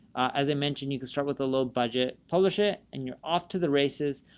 as i mentioned, you can start with a low budget, publish it and you're off to the races.